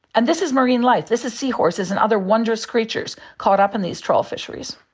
and this is marine life, this is seahorses and other wondrous creatures caught up in these trawl fisheries.